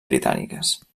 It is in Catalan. britàniques